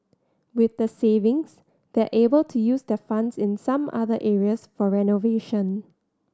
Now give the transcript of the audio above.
with the savings they're able to use their funds in some other areas for renovation